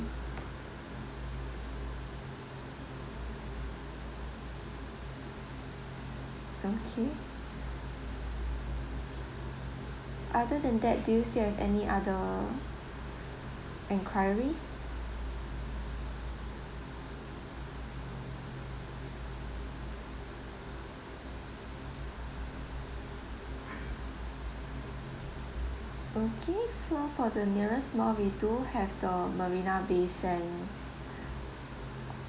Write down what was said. okay other than that do you still have any other enquiries okay so for the nearest mall we do have the marina bay sand